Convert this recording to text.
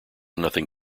nothing